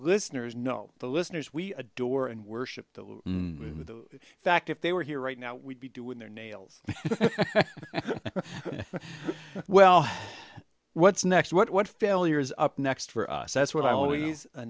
listeners know the listeners we adore and worship the fact if they were here right now we'd be doing their nails well what's next what failure is up next for us that's what i always